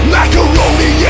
Macaroni